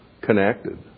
connected